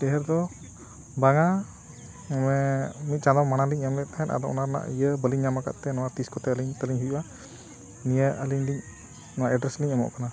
ᱰᱷᱮᱹᱨ ᱫᱚ ᱵᱟᱝᱟ ᱢᱟᱱᱮ ᱢᱤᱫ ᱪᱟᱸᱫᱚ ᱢᱟᱲᱟᱝ ᱮᱢ ᱞᱮᱫ ᱛᱟᱦᱮᱸᱜ ᱟᱫᱚ ᱚᱱᱟ ᱨᱮᱱᱟᱜ ᱤᱭᱟᱹ ᱵᱟᱹᱞᱤᱧ ᱧᱟᱢ ᱟᱠᱟᱫ ᱛᱮ ᱱᱚᱣᱟ ᱛᱤᱥ ᱠᱚᱛᱮ ᱟᱹᱞᱤᱧ ᱛᱟᱞᱤᱧ ᱦᱩᱭᱩᱜᱼᱟ ᱱᱤᱭᱟᱹ ᱟᱹᱞᱤᱧ ᱞᱤᱧ ᱱᱚᱣᱟ ᱮᱰᱨᱮᱥ ᱞᱤᱧ ᱮᱢᱚᱜ ᱠᱟᱱᱟ